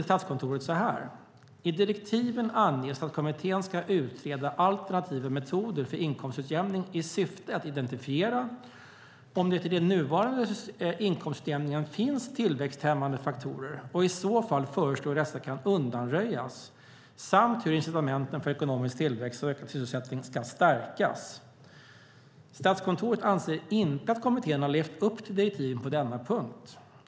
Statskontoret skriver: "I direktiven anges att kommittén ska utreda alternativa metoder för inkomstutjämning i syfte att identifiera om det i den nuvarande inkomstutjämningen finns tillväxthämmande faktorer och i så fall föreslå hur dessa kan undanröjas samt hur incitamenten för ekonomisk tillväxt och ökad sysselsättning kan stärkas. Statskontoret anser inte att kommittén har levat upp till direktiven på denna punkt.